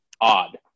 odd